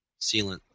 sealant